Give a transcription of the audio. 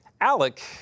Alec